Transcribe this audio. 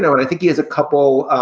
know what? i think he is a couple.